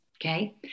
Okay